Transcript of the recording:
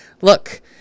look